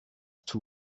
too